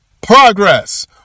Progress